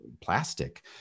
plastic